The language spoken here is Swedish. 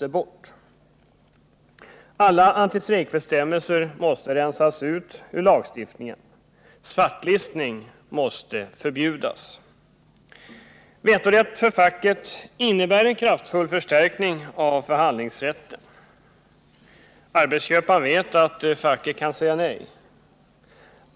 mening bort. Alla antistrejkbestämmelser måste rensas ut ur lagstiftningen. Svartlistning måste förbjudas. Vetorätt för facket innebär en kraftfull förstärkning av förhandlingsrätten. Arbetsköparna vet att facket kan säga nej.